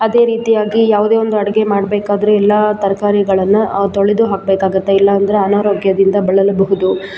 ಅದೇ ರೀತಿಯಾಗಿ ಯಾವುದೇ ಒಂದು ಅಡುಗೆ ಮಾಡಬೇಕಾದ್ರೆ ಎಲ್ಲ ತರಕಾರಿಗಳನ್ನು ತೊಳೆದು ಹಾಕಬೇಕಾಗುತ್ತೆ ಇಲ್ಲಾಂದರೆ ಅನಾರೋಗ್ಯದಿಂದ ಬಳಲಬಹುದು